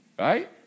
right